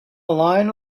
line